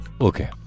Okay